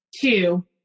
Two